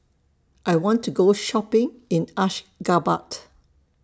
I want to Go Shopping in Ashgabat